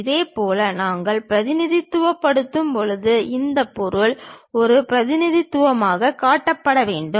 இதேபோல் நாங்கள் பிரதிநிதித்துவப்படுத்தும் போது இந்த பொருள் ஒரு பிரதிநிதித்துவமாகக் காட்டப்பட வேண்டும்